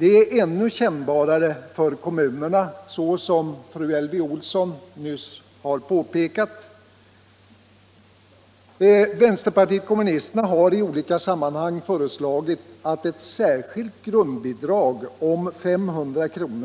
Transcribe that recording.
är ännu kännbarare för kommunerna, såsom fru Elvy Olsson i Hölö har påpekat. Vpk har i olika sammanhang föreslagit att ett särskilt grundbidrag om 500 kr.